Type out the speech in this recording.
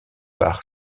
par